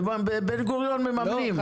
בן-גוריון מממנים.